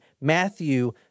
Matthew